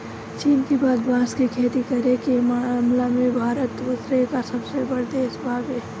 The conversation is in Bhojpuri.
चीन के बाद बांस के खेती करे के मामला में भारत दूसरका सबसे बड़ देश बावे